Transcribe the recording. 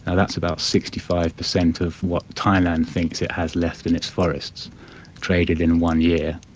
and that's about sixty five percent of what thailand thinks it has left in its forests traded in one year.